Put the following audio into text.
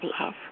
love